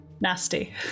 nasty